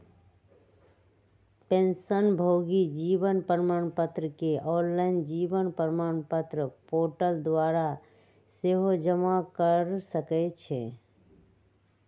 पेंशनभोगी जीवन प्रमाण पत्र के ऑनलाइन जीवन प्रमाण पोर्टल द्वारा सेहो जमा कऽ सकै छइ